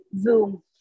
Zoom